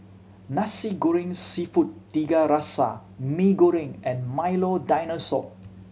Nasi Goreng Seafood Tiga Rasa Mee Goreng and Milo Dinosaur